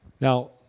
Now